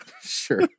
sure